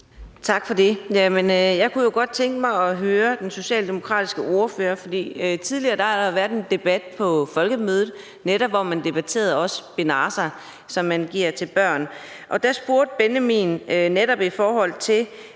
Tak for det. Jeg kunne godt tænke mig at høre den socialdemokratiske ordfører om noget. Tidligere har der jo været en debat på folkemødet, hvor man netop også debatterede Spinraza, som man giver til børn, og der spurgte Benjamin: Hvorfor må